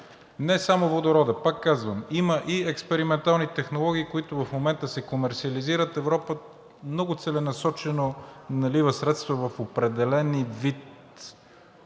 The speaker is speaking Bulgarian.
Не само водородът, пак казвам, има и експериментални технологии, които в момента се комерсиализират. Европа много целенасочено налива средства в определен вид